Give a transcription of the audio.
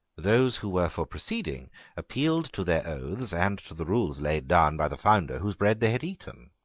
those who were for proceeding appealed to their oaths and to the rules laid down by the founder whose bread they had eaten.